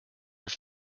your